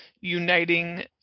uniting